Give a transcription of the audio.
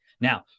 Now